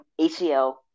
ACL